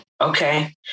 Okay